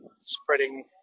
spreading